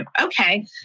Okay